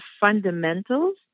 fundamentals